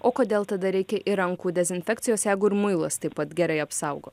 o kodėl tada reikia ir rankų dezinfekcijos jeigu ir muilas taip pat gerai apsaugo